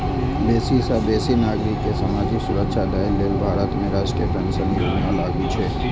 बेसी सं बेसी नागरिक कें सामाजिक सुरक्षा दए लेल भारत में राष्ट्रीय पेंशन योजना लागू छै